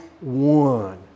one